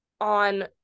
on